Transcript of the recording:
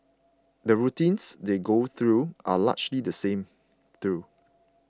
the routines they go through are largely the same though